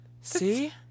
See